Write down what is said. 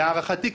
להערכתי,